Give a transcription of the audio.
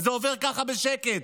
וזה עובר כך בשקט,